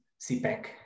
CPEC